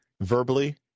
verbally